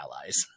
allies